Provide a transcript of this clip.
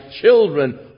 children